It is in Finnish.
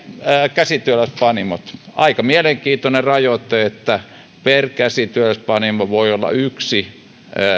käsityöläispanimot aika mielenkiintoinen rajoite että per käsityöpanimo voi olla yksi